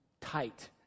tight